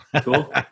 Cool